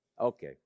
Okay